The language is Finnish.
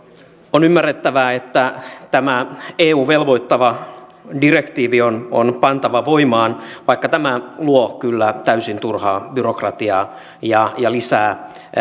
on ymmärrettävää että tämä eun velvoittava direktiivi on on pantava voimaan vaikka tämä luo kyllä täysin turhaa byrokratiaa ja ja lisää